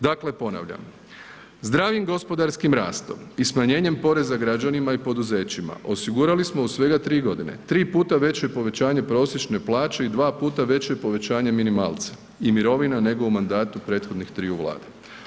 Dakle ponavljam, zdravim gospodarskim rastom i smanjenjem poreza građanima i poduzećima osigurali smo u svega tri godine 3x veće povećanje prosječne plaće i 2x veće povećanje minimalca i mirovina nego u mandatu prethodnih triju Vlada.